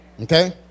okay